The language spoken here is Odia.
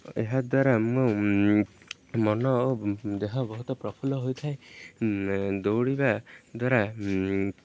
ଏହା ଦ୍ୱାରା ମୁଁ ମନ ଓ ଦେହ ବହୁତ ପ୍ରଫୁଲ୍ଲ ହୋଇଥାଏ ଦୌଡ଼ିବା ଦ୍ୱାରା